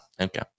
Okay